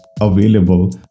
available